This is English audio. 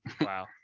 Wow